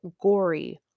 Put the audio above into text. gory